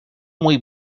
muy